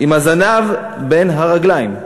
עם הזנב בין הרגליים.